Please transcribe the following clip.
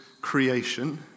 creation